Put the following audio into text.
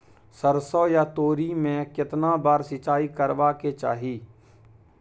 सरसो या तोरी में केतना बार सिंचाई करबा के चाही?